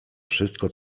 wszystko